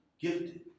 gifted